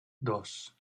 dos